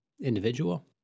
individual